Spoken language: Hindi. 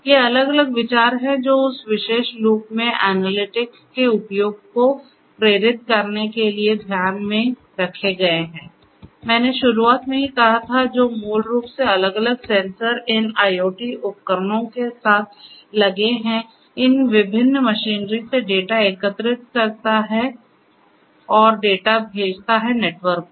ये अलग अलग विचार हैं जो उस विशेष लूप में एनालिटिक्स के उपयोग को प्रेरित करने के लिए ध्यान में रखे गए हैं मैंने शुरुआत में ही कहा था जो मूल रूप से अलग अलग सेंसर इन IoT उपकरणों के साथ लगे हैं इन विभिन्न मशीनरी से डेटा एकत्र करता है और डेटा भेजता है नेटवर्क पर